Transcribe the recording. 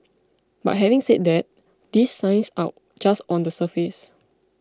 but having said that these signs are just on the surface